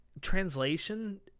translation